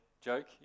joke